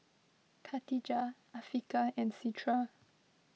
Katijah Afiqah and Citra